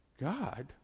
God